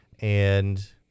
and-